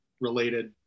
related